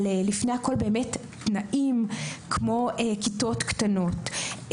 אבל לפני הכול תנאים כמו כיתות קטנות,